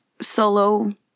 solo